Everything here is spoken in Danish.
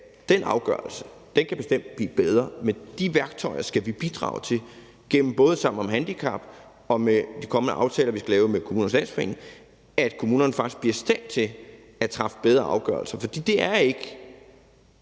den afgørelse kan bestemt blive bedre. Med de værktøjer skal vi bidrage til både gennem »Sammen om Handicap« og med de kommende aftaler, vi skal lave med Kommunernes Landsforening, at kommunerne faktisk bliver i stand til at træffe bedre afgørelser, for det er ikke